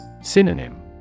Synonym